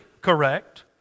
correct